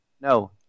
No